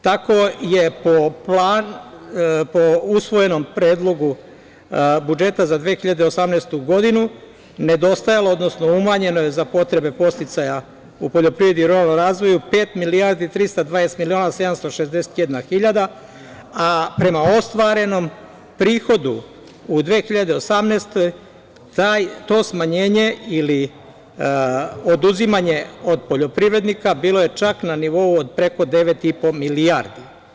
Tako je po usvojenom predlogu budžeta za 2018. godinu nedostajalo, odnosno umanjeno za potrebe podsticaja u poljoprivredi i ruralnom razvoju 5.320.761.000, a prema ostvarenom prihodu u 2018. godini to smanjenje ili oduzimanje od poljoprivrednika bilo je čak na nivou od preko devet i po milijardi.